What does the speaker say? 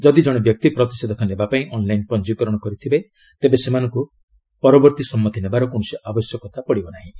ଯଦି ଜଣେ ବ୍ୟକ୍ତି ପ୍ରତିଷେଧକ ନେବା ପାଇଁ ଅନ୍ଲାଇନ୍ ପଞ୍ଜିକରଣ କରିଥିବେ ତେବେ ସେମାନଙ୍କୁ ପରବର୍ତ୍ତୀ ସମ୍ମତି ନେବାର କୌଣସି ଆବଶ୍ୟକତା ପଡ଼ିବ ନାହିଁ